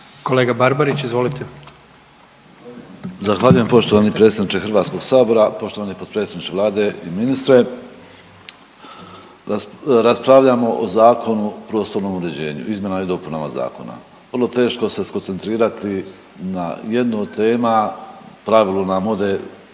**Barbarić, Nevenko (HDZ)** Zahvaljujem poštovani predsjedniče HS, poštovani potpredsjedniče Vlade i ministre. Raspravljamo o Zakonu o prostornom uređenju, izmjenama i dopunama zakona. Vrlo teško se skoncentrirati na jednu od tema, u pravilu nam ode šira